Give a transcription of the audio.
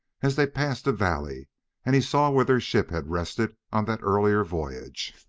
as they passed a valley and he saw where their ship had rested on that earlier voyage.